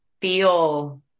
feel